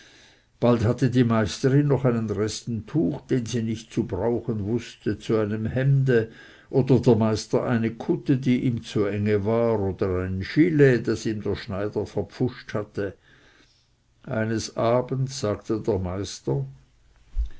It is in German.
bald hatte die meisterin noch einen resten tuch den sie nicht zu brauchen wußte zu einem hemde oder der meister eine kutte die ihm zu enge war oder ein gilet das ihm der schneider verpfuscht hatte eines abends sagte der meister